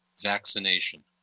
vaccination